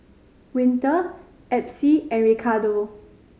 Winter Epsie and Ricardo